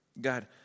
God